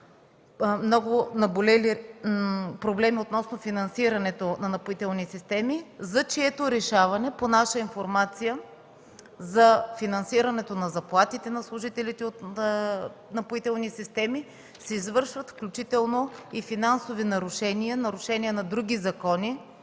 много наболели проблеми относно финансирането на „Напоителни системи”, за чието решаване, по наша информация, за финансирането на заплатите на служителите от „Напоителни системи” се извършват финансови нарушения, включително и нарушения на други закони